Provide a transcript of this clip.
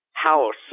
House